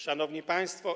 Szanowni Państwo!